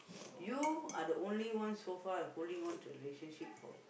you are the only one so far holding on to the relationship for